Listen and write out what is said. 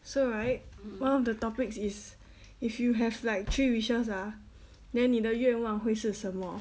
so right one of the topics is if you have like three wishes ah then 你的愿望会是什么